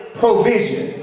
provision